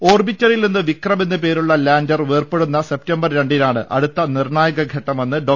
ഓർബിറ്ററിൽനിന്ന് വിക്രം എന്നു പേരുള്ള ലാൻഡർ വേർപെട്ടുന്ന സെപ്റ്റംബർ രണ്ടിനാണ് അടുത്ത നിർണായക ഘട്ടമെന്ന് ഡോ